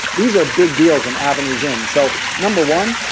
these are big deals in avenues in so number one,